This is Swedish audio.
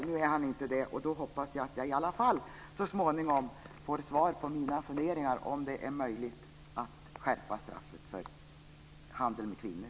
Nu är han inte det, men jag hoppas att jag i alla fall så småningom får svar på mina funderingar om det är möjligt att skärpa straffet för handel med kvinnor.